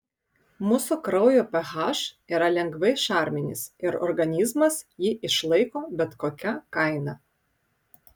mūsų kraujo ph yra lengvai šarminis ir organizmas jį išlaiko bet kokia kaina